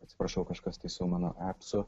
atsiprašau kažkas tai su mano epsu